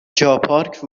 جاپارک